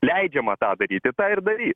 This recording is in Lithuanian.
leidžiama tą daryti tą ir darys